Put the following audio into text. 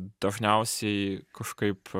dažniausiai kažkaip